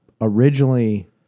originally